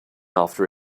after